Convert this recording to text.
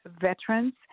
veterans